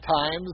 times